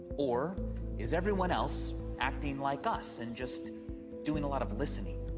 or is everyone else acting like us and just doing a lot of listening?